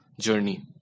journey